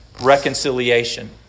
reconciliation